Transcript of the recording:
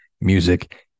Music